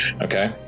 Okay